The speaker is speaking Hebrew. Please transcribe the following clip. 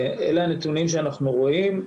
אלה הנתונים שאנחנו רואים.